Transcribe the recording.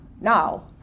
now